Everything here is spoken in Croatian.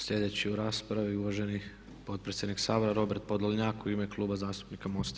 Sljedeći u raspravi uvaženi potpredsjednik Sabora Robert Podolnjak u ime Kluba zastupnika MOST-a.